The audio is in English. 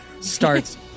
starts